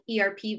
ERP